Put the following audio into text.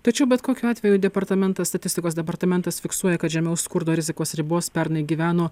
tačiau bet kokiu atveju departamentas statistikos departamentas fiksuoja kad žemiau skurdo rizikos ribos pernai gyveno